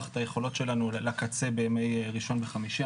את היכולות שלנו לקצה בימי ראשון וחמישי.